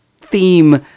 theme